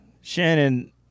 Shannon –